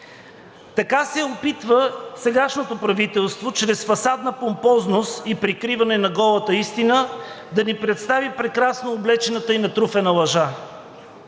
Така се опитва сегашното правителство чрез фасадна помпозност и прикриване на голата истина да ни представи прекрасно облечената и натруфена лъжа,